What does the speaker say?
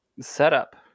setup